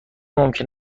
ممکن